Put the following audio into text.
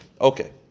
Okay